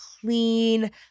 clean